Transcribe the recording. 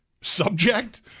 subject